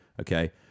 Okay